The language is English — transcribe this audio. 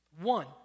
One